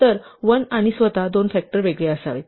तर 1 आणि स्वतः दोन फॅक्टर वेगळे असावेत